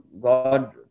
God